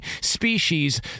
species